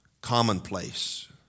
commonplace